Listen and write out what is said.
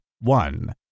one